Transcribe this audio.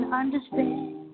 understand